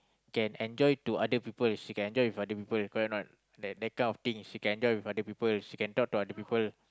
can enjoy to other people she can enjoy with other people correct or not that that kind of thing she can enjoy with other people she can talk to other people